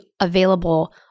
available